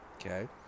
Okay